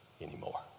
anymore